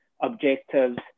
objectives